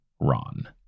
Ron